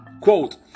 quote